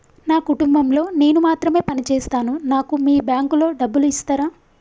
నా కుటుంబం లో నేను మాత్రమే పని చేస్తాను నాకు మీ బ్యాంకు లో డబ్బులు ఇస్తరా?